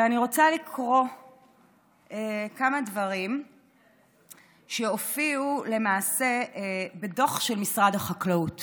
ואני רוצה לקרוא כמה דברים שהופיעו למעשה בדוח של משרד החקלאות